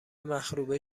مخروبه